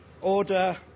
order